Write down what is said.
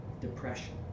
depression